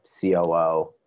COO